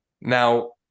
Now